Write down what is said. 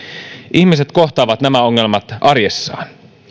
ihmiset kohtaavat nämä ongelmat arjessaan